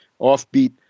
offbeat